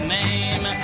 name